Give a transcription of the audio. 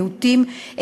מיעוטים,